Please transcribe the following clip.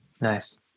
Nice